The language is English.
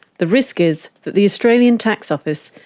the risk is that the australian tax office,